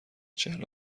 چهل